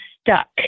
stuck